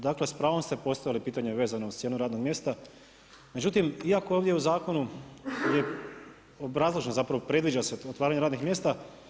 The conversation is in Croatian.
Dakle s pravom ste postavili pitanje vezano s jednog radnog mjesta, međutim iako ovdje u zakonu obrazloženo zapravo predviđa se otvaranje radnih mjesta.